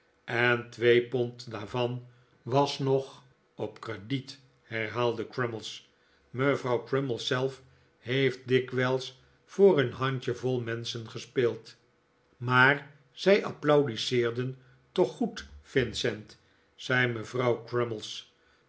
en twee pond daarvan was nog op crediet herhaalde crummies mevrouw crummies zelf heeft dikwijls voor een handjevol menschen gespeeld maar zij applaudisseeren toch goed vincent zei mevrouw